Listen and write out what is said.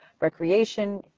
recreation